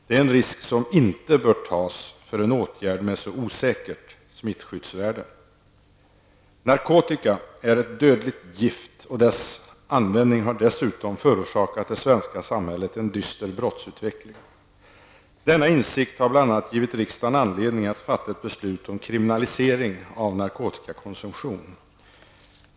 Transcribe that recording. Den risken bör man inte ta när det handlar om en åtgärd som har ett så osäkert smittskyddsvärde. Narkotika är ett dödligt gift, och användningen av narkotika har dessutom förorsakat det svenska samhället en dyster brottsutveckling. Denna insikt har bl.a. givit riksdagen anledning att fatta ett beslut om kriminalisering av narkotikakonsumtion.